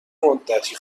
مدتی